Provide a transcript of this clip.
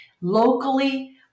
locally